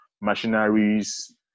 machineries